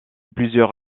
plusieurs